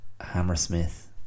Hammersmith